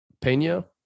Pena